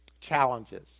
challenges